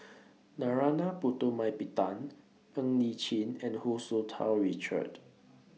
Narana Putumaippittan Ng Li Chin and Hu Tsu Tau Richard